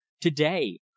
today